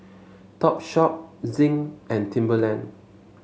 Topshop Zinc and Timberland